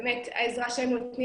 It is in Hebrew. העזרה שהם נותנים,